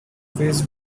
face